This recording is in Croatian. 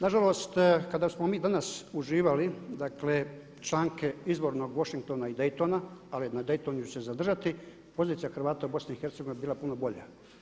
Nažalost, kada smo mi danas uživali dakle članke izvornog Washingtona i Daytona, ali na Daytonu ću se zadržati, pozicija Hrvata u BiH je bila puno bolja.